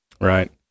Right